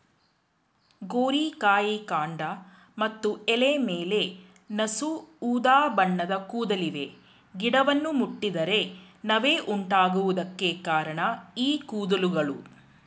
ಗೋರಿಕಾಯಿ ಕಾಂಡ ಮತ್ತು ಎಲೆ ಮೇಲೆ ನಸು ಉದಾಬಣ್ಣದ ಕೂದಲಿವೆ ಗಿಡವನ್ನು ಮುಟ್ಟಿದರೆ ನವೆ ಉಂಟಾಗುವುದಕ್ಕೆ ಕಾರಣ ಈ ಕೂದಲುಗಳು